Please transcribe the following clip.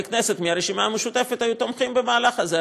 כנסת מהרשימה המשותפת היו תומכים במהלך הזה.